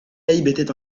était